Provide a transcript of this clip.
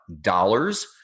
dollars